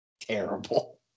terrible